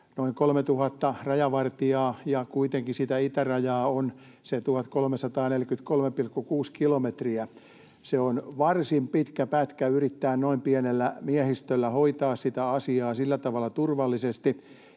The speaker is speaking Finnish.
Noin 3 000 rajavartijaa, ja kuitenkin sitä itärajaa on se 1 343,6 kilometriä — se on varsin pitkä pätkä yrittää noin pienellä miehistöllä hoitaa sitä asiaa sillä tavalla turvallisesti.